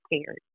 scared